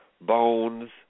Bones